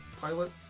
pilot